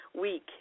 week